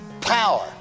power